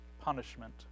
punishment